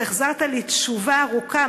והחזרתי לי תשובה ארוכה,